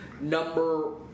Number